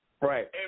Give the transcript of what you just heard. Right